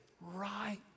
Right